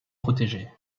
protégé